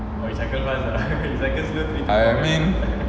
I mean